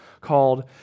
called